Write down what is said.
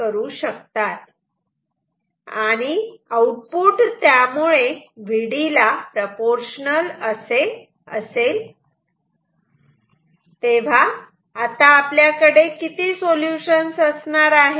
आणि आउटपुट त्यामुळे Vd ला प्रोपोर्शनल असे असेल आता आपल्याकडे किती सोल्युशन्स असणार आहेत